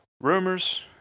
rumors